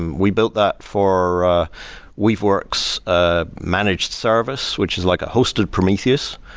we built that for weaveworks ah managed service, which is like a hosted prometheus.